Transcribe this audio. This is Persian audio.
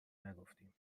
نگفتیم